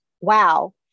wow